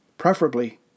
preferably